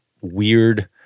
weird